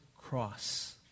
cross